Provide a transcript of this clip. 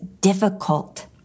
difficult